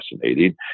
fascinating